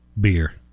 Beer